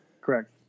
Correct